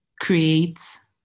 creates